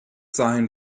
sein